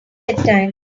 bedtime